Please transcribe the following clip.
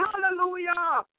Hallelujah